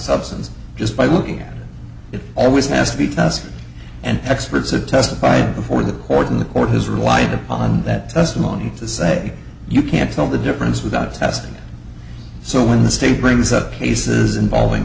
substance just by looking at it it always has to be tested and experts have testified before the court and the court has relied upon that testimony to say you can't tell the difference without testing so when the state brings up cases involving